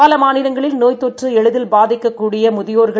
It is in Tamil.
பலமாநிலங்களில் நோய்த்தொற்றுஎளிதில்பாதிக்கக்கூடியமுதியோர்கள்